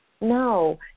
No